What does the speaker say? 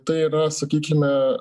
tai yra sakykime